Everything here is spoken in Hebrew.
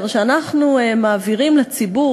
וכעת אנחנו רק הולכים לעגן אותו בחוק-יסוד,